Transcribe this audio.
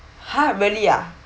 ha really ah